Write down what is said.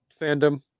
fandom